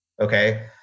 Okay